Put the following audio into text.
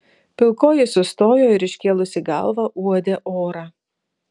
pilkoji sustojo ir iškėlusi galvą uodė orą